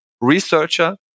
researcher